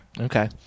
Okay